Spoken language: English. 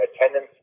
attendance